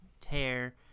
tear